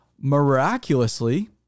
miraculously